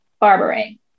barbering